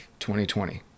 2020